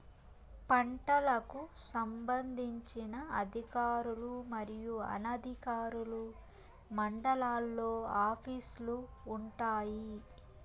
పంటలకు సంబంధించిన అధికారులు మరియు అనధికారులు మండలాల్లో ఆఫీస్ లు వుంటాయి?